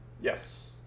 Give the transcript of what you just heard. Yes